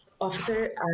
officer